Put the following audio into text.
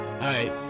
Hi